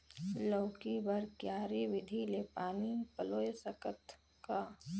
लौकी बर क्यारी विधि ले पानी पलोय सकत का?